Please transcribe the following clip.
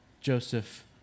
Joseph